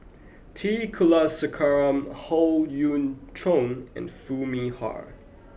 T Kulasekaram Howe Yoon Chong and Foo Mee Har